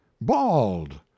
bald